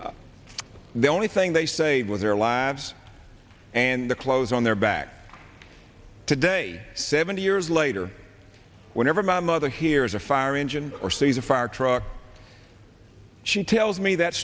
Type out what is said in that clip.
burned the only thing they say was their lives and the clothes on their back today seventy years later whenever my mother hears a fire engine or sees a fire truck she tells me that